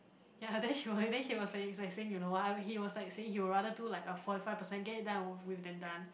ya lah then she was then he was like is like saying you know what he was like saying he'd rather like do a forty five percent get it done and over with then done